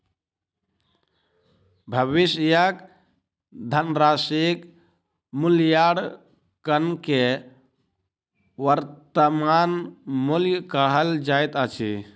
भविष्यक धनराशिक मूल्याङकन के वर्त्तमान मूल्य कहल जाइत अछि